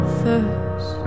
first